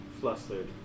flustered